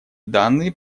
данные